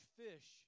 fish